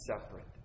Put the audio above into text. separate